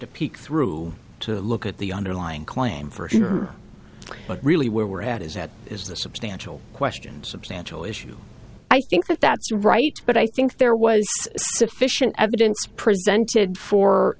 to peek through to look at the underlying claim for sure but really where we're at is at is the substantial questions substantial issue i think that's right but i think there was sufficient evidence presented for